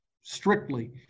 strictly